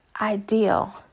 ideal